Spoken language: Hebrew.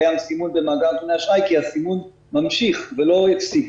קיים סימון במאגר כי הסימון ממשיך ולא יפסיק.